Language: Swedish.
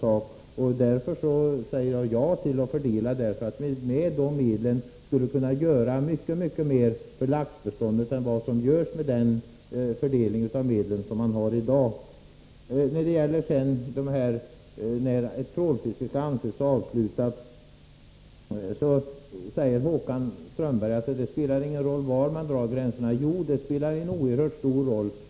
Jag säger ja till att ändra fördelningen av avgifterna, eftersom vi med dessa medel skulle kunna göra oändligt mycket mer för laxbeståndet än vad som är möjligt med den fördelning som tillämpas i dag. När det gäller frågan om när trålfisket skall anses avslutat säger Håkan Strömberg att det inte spelar någon roll var man drar gränserna. Men det spelar en oerhört stor roll.